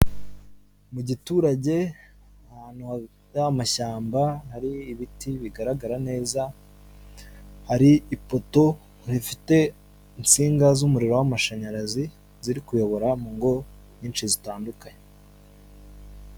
Mu giturage ahantu ya mashyamba hari ibiti bigaragara neza, hari ipoto rifite insinga z'umuriro w'amashanyarazi, ziri kuyobora mu ngo nyinshi zitandukanye.